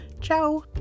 Ciao